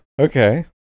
Okay